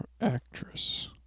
actress